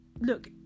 look